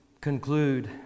conclude